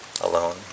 alone